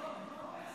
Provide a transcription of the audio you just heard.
לא, לא.